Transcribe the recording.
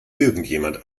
irgendjemand